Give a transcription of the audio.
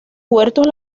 huertos